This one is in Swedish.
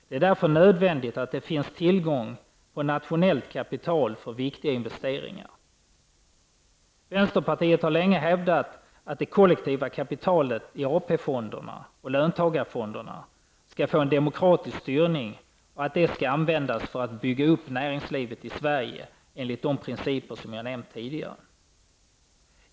Det är därför nödvändigt att det finns tillgång på nationellt kapital för viktiga investeringar. Vänsterpartiet har länge hävdat att det kollektiva kapitalet i AP-fonderna och löntagarfonderna skall få en demokratisk styrning och att de skall användas för att bygga upp näringslivet i Sverige enligt de principer som jag nämnt tidigare.